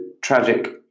tragic